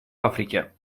африке